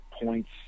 points